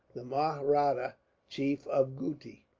the mahratta chief of gutti.